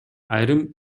айрым